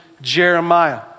Jeremiah